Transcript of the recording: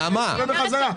נעמה לא מסכימה איתך.